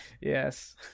Yes